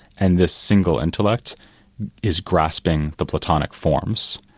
and this single intellect is grasping the platonic forms.